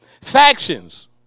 Factions